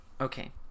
Okay